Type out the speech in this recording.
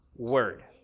Word